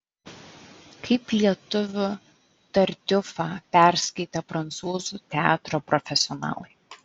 kaip lietuvių tartiufą perskaitė prancūzų teatro profesionalai